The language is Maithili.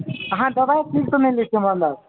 अहाँ दबाइ ठीकसे नहि लैत छी मतलब